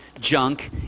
junk